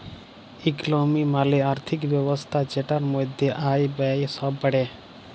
ইকলমি মালে আর্থিক ব্যবস্থা জেটার মধ্যে আয়, ব্যয়ে সব প্যড়ে